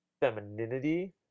femininity